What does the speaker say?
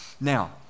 Now